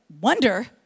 wonder